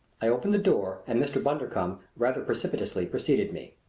i opened the door and mr. bundercombe rather precipitately preceded me.